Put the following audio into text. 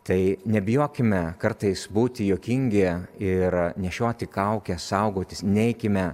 tai nebijokime kartais būti juokingi ir nešioti kaukę saugotis neikime